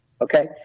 okay